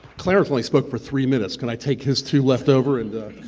clarence only spoke for three minutes, can i take his two leftover?